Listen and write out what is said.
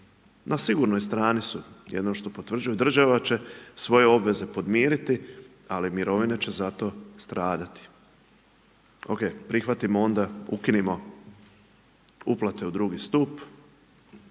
Na sigurnoj strani su, jedino što potvrđuje, država će svoje obveze podmiriti, ali mirovine će zato stradati. OK. Prihvatimo onda, ukinimo uplate u drugi stup,